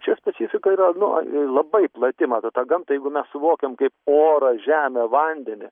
čia specifika yra nu labai plati matot tą gamtą jeigu mes suvokiam kaip orą žemę vandenį